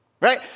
Right